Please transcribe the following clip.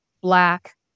black